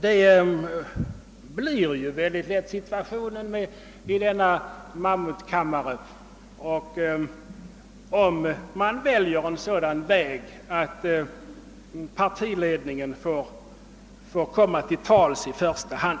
Det måste mycket lätt bli situationen i en mammutkammare, om man väljer en sådan väg att partitopparna alltid får komma till tals i första hand.